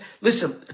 listen